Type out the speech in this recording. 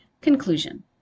Conclusion